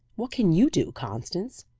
what can you do, constance?